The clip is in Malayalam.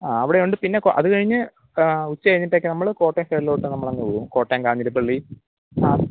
ആ അവിടെ ഉണ്ട് പിന്നെ കൊ അത് കഴിഞ്ഞ് ഉച്ച കഴിഞ്ഞിട്ട് ഒക്കെ നമ്മള് കോട്ടയം സൈഡിലോട്ട് നമ്മളങ്ങ് പോകും കോട്ടയം കാഞ്ഞിരപ്പള്ളി ആ